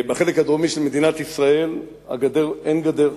בחלק הדרומי של מדינת ישראל אין גדר,